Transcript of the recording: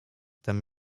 tem